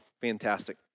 fantastic